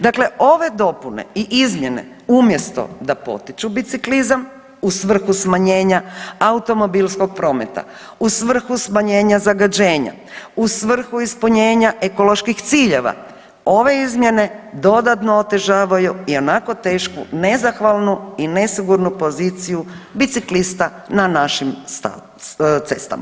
Dakle, ove dopune i izmjene umjesto da potiču biciklizam u svrhu smanjenja automobilskog prometa, u svrhu smanjenja zagađenja, u svrhu ispunjenja ekoloških ciljeva, ove izmjene dodatno otežavaju ionako tešku nezahvalnu i nesigurnu poziciju biciklista na našim cestama.